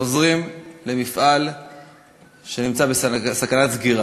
עוזרים למפעל שנמצא בסכנת סגירה?